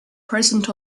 present